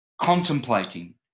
contemplating